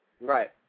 Right